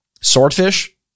Swordfish